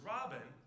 Robin